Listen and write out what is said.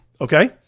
Okay